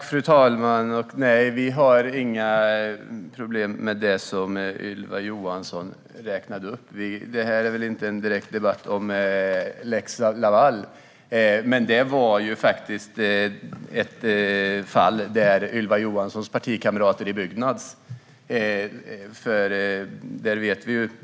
Fru talman! Nej, vi har inga problem med det Ylva Johansson räknade upp. Detta är väl inte riktigt en debatt om lex Laval, men det är ju ett fall där Ylva Johanssons partikamrater i Byggnads var inblandade.